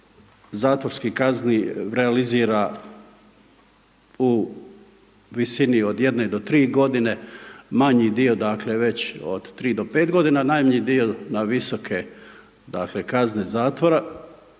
zatvorskih kazni realizira u visini od 1 do 3 godine, manji dio dakle već od 3 do 5 godina, najmanji dio na visoke dakle kazne zatvora